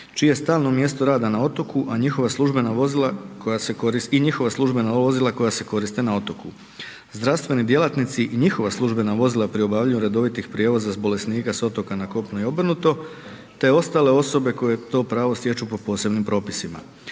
je stalno mjesto rada na otoku i njihova službena vozila koja se koriste na otoku. Zdravstveni djelatnici i njihova službena vozila pri obavljanju redovitih prijevoza bolesnika s otoka na kopno i obrnuto te ostale osobe koje to pravo stječu po posebnim propisima.